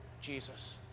Jesus